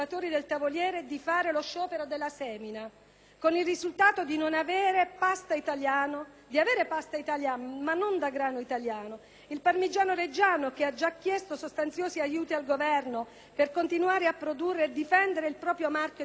di fare lo sciopero della semina, con il risultato di avere pasta italiana, ma non da grano italiano); il parmigiano reggiano, che ha già chiesto sostanziosi aiuti al Governo per continuare a produrre e a difendere il proprio marchio di qualità;